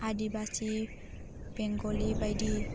आदिबासि बेंगलि बायदि